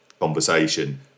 conversation